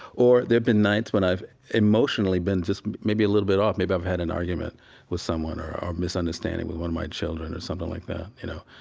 or there been nights when i've emotionally been just maybe a little bit off maybe i've had an argument with someone or a misunderstanding with one of my children or something like that, you know.